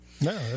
No